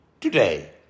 Today